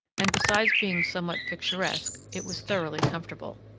and besides being somewhat picturesque it was thoroughly comfortable.